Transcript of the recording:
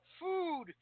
food